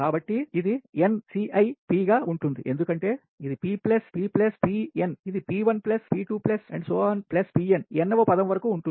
కాబట్టి ఇది n Ci P గా ఉంటుంది ఎందుకంటే ఇది P plus P plus P n వ పదం వరకు ఉంటుంది